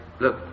look